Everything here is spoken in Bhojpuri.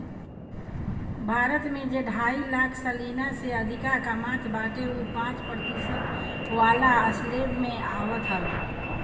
भारत में जे ढाई लाख सलीना से अधिका कामत बाटे उ पांच प्रतिशत वाला स्लेब में आवत हवे